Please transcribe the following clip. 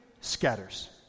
scatters